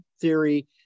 theory